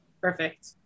Perfect